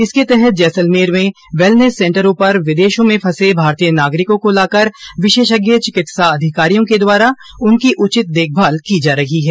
इसके तहत जैसलमेर में वेलनेस सेंटरों पर विदेशों में फंसे भारतीय नागरिकों को लाकर विशेषज्ञ चिकित्सा अधिकारियों के द्वारा उनकी उचित देखभाल की जा रही है